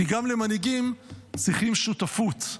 כי גם למנהיגים צריכים שותפות.